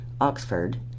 Oxford